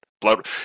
Blood